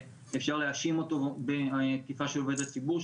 אפשר להאשים אותו בתקיפה של עובד הציבור,